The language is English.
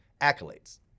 accolades